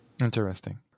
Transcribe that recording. Interesting